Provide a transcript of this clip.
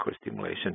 stimulation